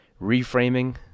reframing